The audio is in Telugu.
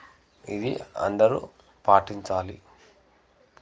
ఇది అందరూ పాటించాలి